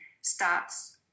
starts